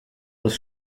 was